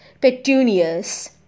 Petunias